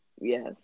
Yes